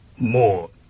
more